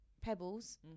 pebbles